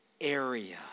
area